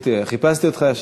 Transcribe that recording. חיפשתי אותך.